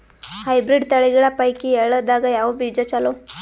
Hybrid ತಳಿಗಳ ಪೈಕಿ ಎಳ್ಳ ದಾಗ ಯಾವ ಬೀಜ ಚಲೋ?